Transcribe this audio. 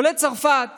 עולי צרפת